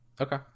Okay